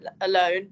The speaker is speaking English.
alone